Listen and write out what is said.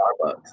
Starbucks